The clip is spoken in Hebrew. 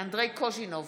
אנדרי קוז'ינוב,